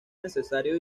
necesario